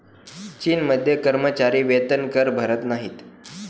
चीनमध्ये कर्मचारी वेतनकर भरत नाहीत